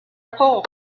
pull